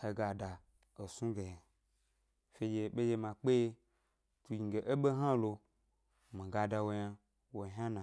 he ga da esnu ge yna, fenɗye ɓenɗye ma kpeye tugni ge é ɓe hna lo mi ga da wo yna wo hna na.